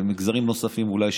ובמגזרים נוספים אולי,